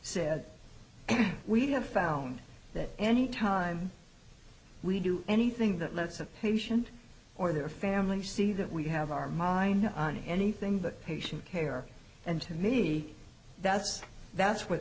said we have found that any time we do anything that lets a patient or their family see that we have our mind on anything but patient care and to me that's that's what